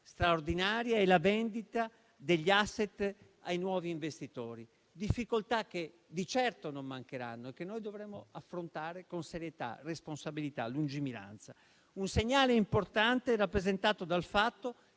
straordinaria e la vendita degli *asset* ai nuovi investitori. Difficoltà che di certo non mancheranno e che noi dovremo affrontare con serietà, responsabilità, lungimiranza. Un segnale importante è rappresentato dal fatto che